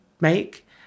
make